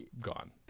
gone